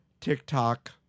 TikTok